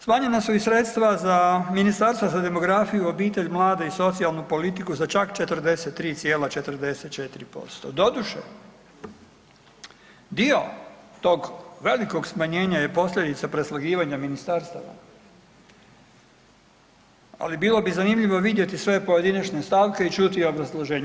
Smanjena su i sredstva za Ministarstvo za demografiju, obitelj, mlade i socijalnu politiku za 43,44%, doduše dio tog velikog smanjenja je posljedica preslagivanja ministarstava, ali bilo bi zanimljivo vidjeti sve pojedinačne stavke i čuti obrazloženja.